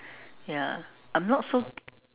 ya I'm not so